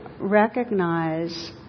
recognize